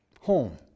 home